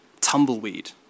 tumbleweed